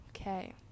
okay